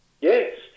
Yes